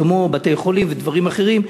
כמו גם לבתי-חולים ולדברים אחרים,